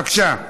בבקשה.